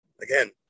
again